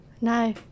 no